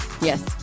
Yes